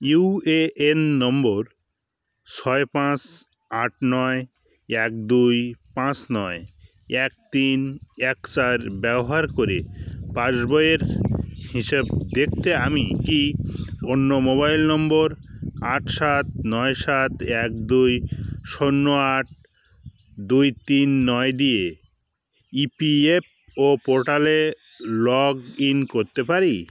UAN number ছয় পাঁচ আট নয় এক দুই পাঁচ নয় এক তিন এক চার ব্যবহার করে পাসবইয়ের হিসেব দেখতে আমি কি অন্য মোবাইল নম্বর আট সাত নয় সাত এক দুই শূন্য আট দুই তিন নয় দিয়ে ইপিএপও পোর্টালে লগ ইন করতে পারি